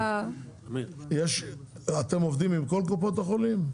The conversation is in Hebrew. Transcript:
אמיר, אתם עובדים עם כל קופות החולים?